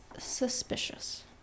suspicious